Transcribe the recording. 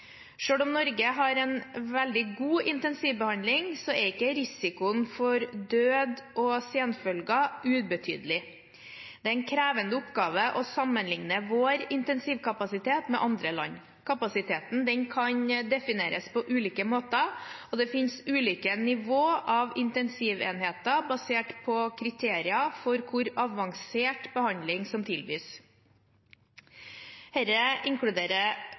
om Norge har en veldig god intensivbehandling, er ikke risikoen for død og senfølger ubetydelig. Det er en krevende oppgave å sammenligne vår intensivkapasitet med andre lands. Kapasitet kan defineres på ulike måter, og det finnes ulike nivåer av intensivenheter basert på kriterier for hvor avansert behandling som tilbys. Dette inkluderer